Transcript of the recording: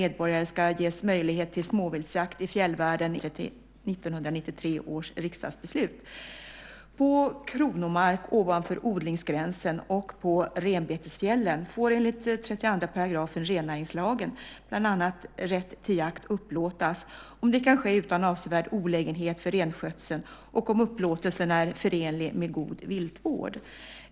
Herr talman! Krister Hammarbergh har frågat mig vilka åtgärder jag avser att vidta för att svenska medborgare ska ges möjlighet till småviltsjakt i fjällvärlden i enlighet med 1993 års riksdagsbeslut. På kronomark ovanför odlingsgränsen och på renbetesfjällen får enligt 32 § rennäringslagen bland annat rätt till jakt upplåtas om det kan ske utan avsevärd olägenhet för renskötseln och om upplåtelsen är förenlig med god viltvård.